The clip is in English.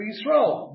Israel